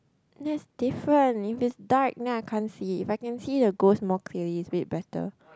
it's different if it's dark then I can't see if I can see a ghost more clearly it's a bit better